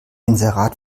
inserat